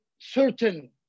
certain